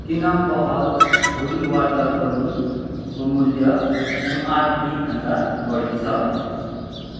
किन पहल होली वाटर बलुनको मूल्य एमआरपी भन्दा बढी छ